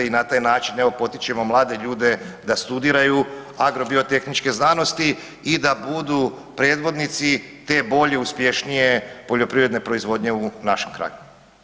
I na taj način evo potičemo mlade ljude da studiraju agrobiotehničke znanosti i da budu predvodnici te bolje uspješnije poljoprivredne proizvodnje u našem kraju.